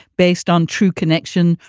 based on true connection,